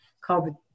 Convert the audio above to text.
called